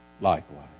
likewise